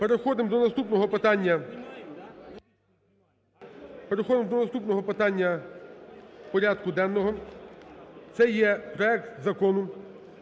Переходимо до наступного питання порядку денного. Це є проект Закону